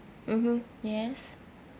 mmhmm yes